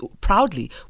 proudly